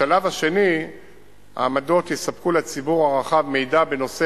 בשלב השני העמדות יספקו לציבור הרחב מידע בנושא